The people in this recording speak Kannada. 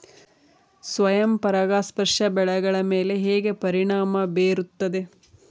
ಸ್ವಯಂ ಪರಾಗಸ್ಪರ್ಶ ಬೆಳೆಗಳ ಮೇಲೆ ಹೇಗೆ ಪರಿಣಾಮ ಬೇರುತ್ತದೆ?